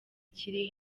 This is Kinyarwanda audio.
kiri